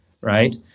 right